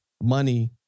money